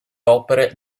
opere